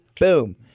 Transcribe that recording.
Boom